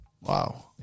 Wow